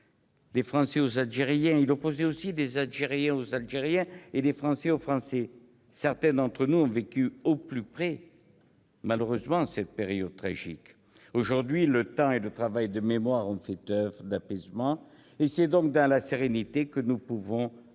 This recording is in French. les Français aux Algériens -, mais aussi les Algériens aux Algériens et les Français aux Français. Certains d'entre nous ont vécu au plus près cette période tragique. Aujourd'hui, le temps et le travail de mémoire ont fait oeuvre d'apaisement. C'est donc dans la sérénité que nous pouvons approuver